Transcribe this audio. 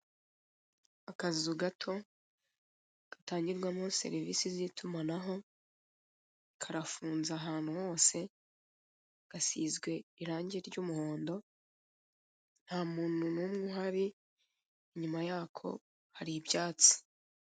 Akazu gato gatangirwamo serivise z'itumanaho karafunze ahantu hose gasizwe irange ry'umuhondo ntamuntu numwe uhari inyuma yako hari ibyatsi.